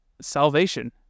salvation